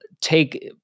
take